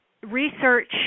Research